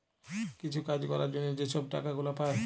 কিছু কাজ ক্যরার জ্যনহে যে ছব টাকা গুলা পায়